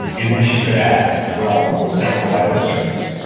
in which he could act, as well on several episodes.